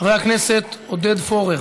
חבר הכנסת עודד פורר,